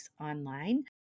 Online